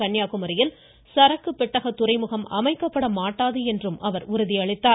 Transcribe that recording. கன்னியாகுமரியில் சரக்கு பெட்டக துறைமுகம் அமைக்கப்பட மாட்டாது என்றும் அவர் உறுதியளித்தார்